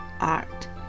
art